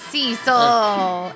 Cecil